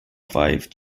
five